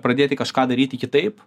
pradėti kažką daryti kitaip